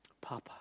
Papa